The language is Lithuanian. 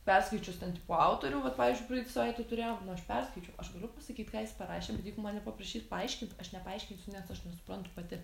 perskaičius ten tipo autorių vat pavyzdžiui praeitą savaitę turėjom nu aš perskaičiau aš galiu pasakyt ką jis parašė bet jeigu mane paprašyt paaiškint aš nepaaiškinsiu nes aš nesuprantu pati